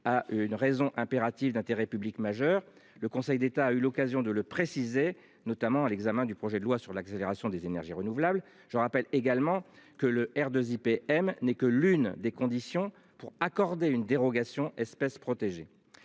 à une raison impérative d'intérêt public majeur. Le Conseil d'État a eu l'occasion de le préciser, notamment à l'examen du projet de loi sur l'accélération des énergies renouvelables. Je rappelle également que le R 2 IPM n'est que l'une des conditions pour accorder une dérogation espèces protégées.